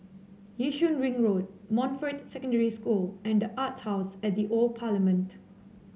Yishun Ring Road Montfort Secondary School and the Arts House at The Old Parliament